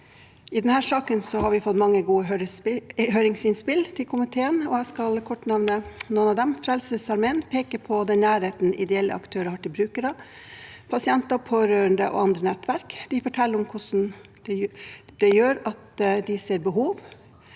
I denne saken har vi fått mange gode høringsinnspill til komiteen, og jeg skal kort nevne noen av dem. Frelsesarmeen peker på den nærheten ideelle aktører har til brukere, pasienter, pårørende og andre nettverk. De forteller om hvordan det gjør at de ser behov,